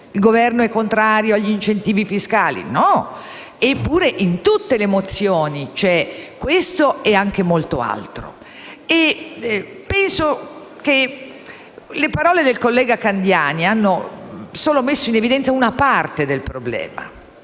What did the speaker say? Il Governo è contrario agli ecobonus e agli incentivi fiscali? No. Eppure, in tutte le mozioni c'è questo e anche molto altro. Penso che le parole del collega Candiani abbiamo messo in evidenza solo una parte del problema,